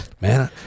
man